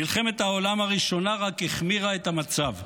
מלחמת העולם הראשונה רק החמירה את המצב.